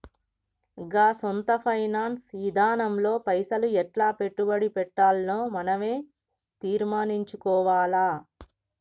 గా సొంత ఫైనాన్స్ ఇదానంలో పైసలు ఎట్లా పెట్టుబడి పెట్టాల్నో మనవే తీర్మనించుకోవాల